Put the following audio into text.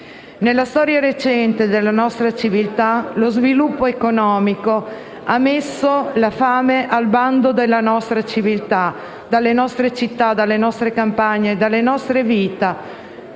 Nella storia recente della nostra civiltà, lo sviluppo economico ha messo la fame al bando dalle nostre città, dalle nostre campagne, dalle nostre vite,